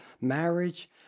marriage